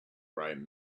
bright